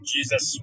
Jesus